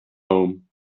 home